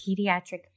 Pediatric